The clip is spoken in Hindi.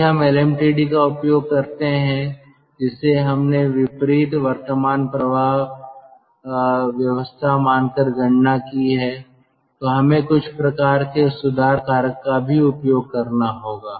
यदि हम LMTD का उपयोग करते हैं जिसे हमने विपरीत वर्तमान प्रवाह व्यवस्था मानकर गणना की है तो हमें कुछ प्रकार के सुधार कारक का भी उपयोग करना होगा